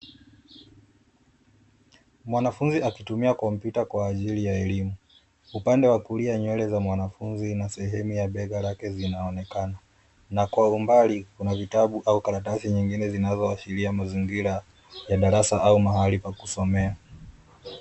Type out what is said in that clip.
Mwanafunzi akitumia kompyuta kwa ajili ya elimu, upande wa kulia nywele za mwanafunzi na sehemu ya bega lake zinaonekana na kuwa mbali kuna vitabu au karatasi nyingine zinazoashiria mazingira ya darasa au mahali pa kusomea.